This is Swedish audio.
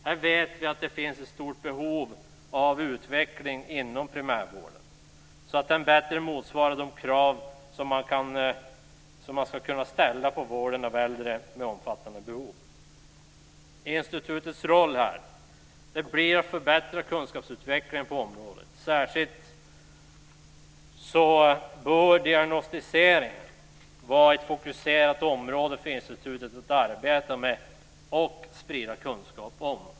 Här vet vi att det finns ett stort behov av utveckling inom primärvården så att denna bättre motsvarar de krav som man ska kunna ställa på vården av äldre med omfattande behov. Institutets roll blir att förbättra kunskapsutvecklingen på området. Särskilt bör diagnostisering vara ett fokuserat område för institutet att arbeta med och sprida kunskap om.